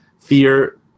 fear